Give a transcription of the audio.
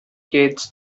kids